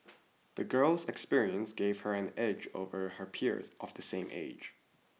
the girl's experiences gave her an edge over her peers of the same age